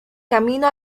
camino